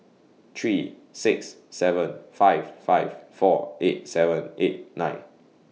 three six seven five five four eight seven eight nine